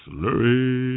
Slurry